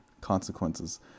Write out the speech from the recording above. consequences